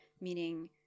meaning